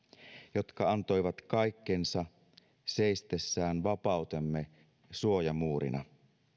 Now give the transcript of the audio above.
jotka antoivat kaikkensa seistessään vapautemme suojamuurina